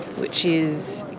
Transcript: which is